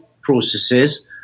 processes